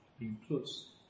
Includes